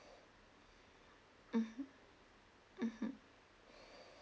mmhmm mmhmm